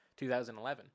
2011